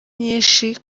nyinshi